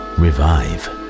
revive